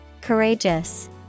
courageous